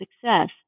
success